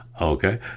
okay